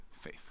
faith